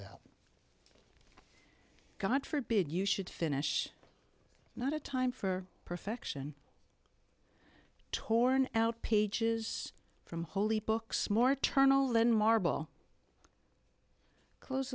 that god forbid you should finish not a time for perfection torn out pages from holy books more terminal than marble close